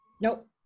nope